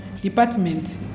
Department